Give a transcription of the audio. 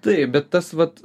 taip bet tas vat